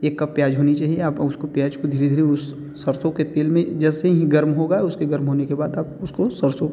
एक कप प्याज़ होनी चाहिए आप उसको प्याज़ को धीरे धीरे उस सरसों के तेल में जैसे ही गर्म होगा उसके गर्म होने बाद आप उसको सरसों के